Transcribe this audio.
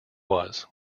was